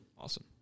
Awesome